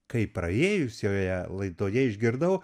kai praėjusioje laidoje išgirdau